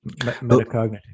metacognitive